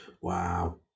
Wow